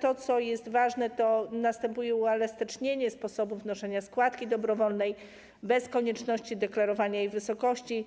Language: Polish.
To, co jest ważne, to uelastycznienie sposobu wnoszenia składki dobrowolnej bez konieczności deklarowania jej wysokości,